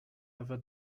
ever